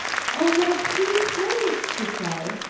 oh, what a pretty place! she cried,